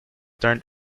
turned